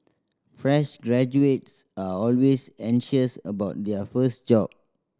fresh graduates are always anxious about their first job